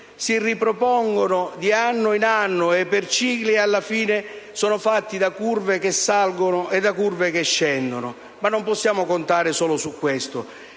si ripropongono di anno in anno, e i cicli, alla fine, sono fatti da curve che salgono e da curve che scendono. Ma non possiamo contare solo su questo.